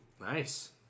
Nice